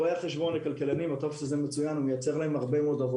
כלכלנים ורואי חשבון הטופס הזה הוא מצוין כי הוא מספק להם הרבה עבודה